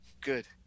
Good